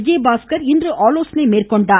விஜயபாஸ்கர் இன்று ஆலோசனை மேற்கொண்டார்